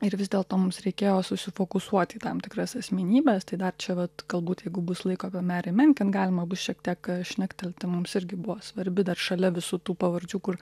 ir vis dėlto mums reikėjo susifokusuot į tam tikras asmenybes tai dar čia vat galbūt jeigu bus laiko apie marie menken galima bus šiek tiek šnektelti mums irgi buvo svarbi dar šalia visų tų pavardžių kur